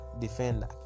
defender